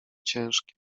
ciężkie